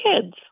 kids